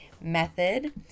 method